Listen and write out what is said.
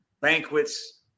banquets